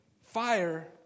Fire